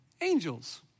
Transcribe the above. angels